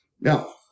Now